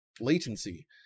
latency